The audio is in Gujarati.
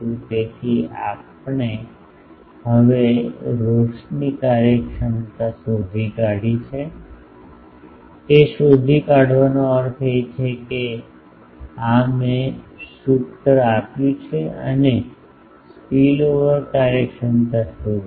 તેથી આપણે હવે રોશની કાર્યક્ષમતા શોધી કાઢી છે તે શોધી કાઢવાનો અર્થ એ છે કે આ મેં આ સૂત્ર આપ્યું છે અને સ્પિલઓવર કાર્યક્ષમતા શોધી છે